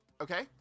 Okay